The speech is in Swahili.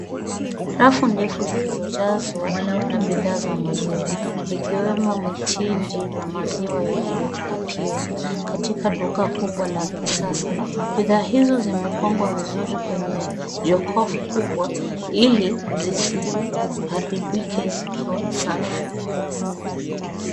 Rafu ndefu zilizojazwa na bidhaa za maziwa, ikiwemo mchinji na maziwa yaliyopakiwa katika duka kubwa la kisasa. Bidhaa hizo zimepangwa vizuri kwenye jokofu kubwa ili siziharibikie zikiwa safi.